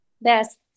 Yes